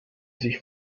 sich